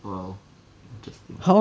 !wow! interesting